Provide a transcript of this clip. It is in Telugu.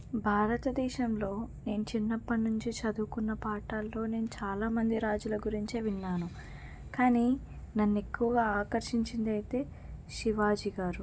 భారతదేశంలో నేను చిన్నప్పటినుంచి చదువుకున్న పాఠాల్లో నేను చాలా మంది రాజుల గురించి విన్నాను కానీ నన్ను ఎక్కువగా ఆకర్షించిందైతే శివాజీ గారు